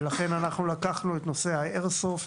ולכן אנחנו לקחנו את נושא ה"איירסופט".